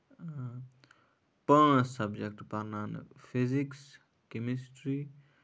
پانٛژھ سَبجیکٹ پَرناونہٕ physics chemistry